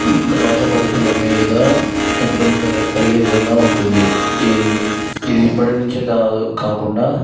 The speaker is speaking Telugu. భాషా పద్ధతుల మీద ఇబ్బంది కలీగే కలిగే విధంగా ఉంటుంది ఈ ఇది ఇప్పటి నుంచే కాదు కాకుండా